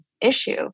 issue